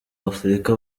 afurika